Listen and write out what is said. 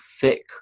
thick